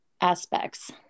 aspects